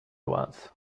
once